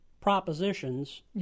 propositions